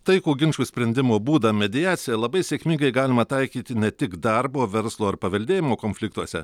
taikų ginčų sprendimo būdą mediaciją labai sėkmingai galima taikyti ne tik darbo verslo ar paveldėjimo konfliktuose